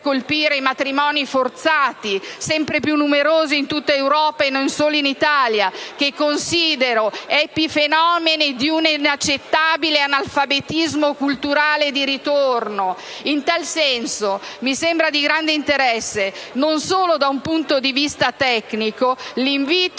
colpire i matrimoni forzati, sempre più numerosi in tutta Europa, e non solo in Italia, che considero epifenomeni di un inaccettabile analfabetismo culturale di ritorno? In tal senso, mi sembra di grande interesse - non solo da un punto di vista tecnico - l'invito